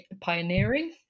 pioneering